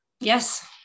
Yes